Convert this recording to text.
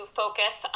focus